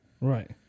Right